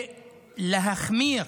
ולהחמיר